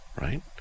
Right